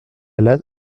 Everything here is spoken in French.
alla